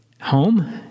home